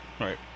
right